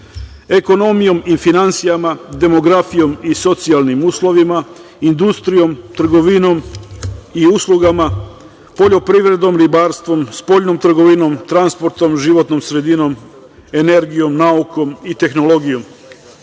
ekonomijom i finansijama, demografijom i socijalnim uslovima, industrijom, trgovinom i uslugama, poljoprivredom, ribarstvom, spoljnom trgovinom, transportom, životnom sredinom, energijom, naukom i tehnologijom.